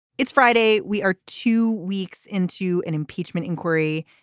it's friday. we are two weeks into an impeachment inquiry.